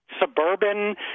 suburban